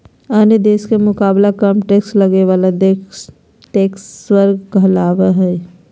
अन्य देश के मुकाबले कम टैक्स लगे बाला देश टैक्स के स्वर्ग कहलावा हई